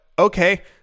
Okay